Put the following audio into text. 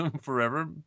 forever